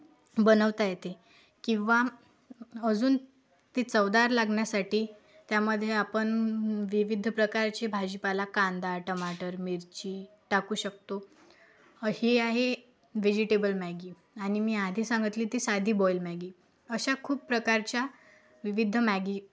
बनवता येते किंवा अजून ती चवदार लागण्यासाठी त्यामध्ये आपण विविध प्रकारचे भाजीपाला कांदा टमाटर मिरची टाकू शकतो हे आहे व्हेजिटेबल मॅगी आणि मी आधी सांगितली होती साधी बॉईल मॅगी अशा खूप प्रकारच्या विविध मॅगी